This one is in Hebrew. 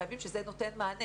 שזה נותן מענה